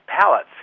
pallets